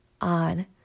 on